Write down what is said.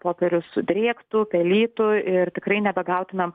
popierius sudrėktų pelytų ir tikrai nepagautumėm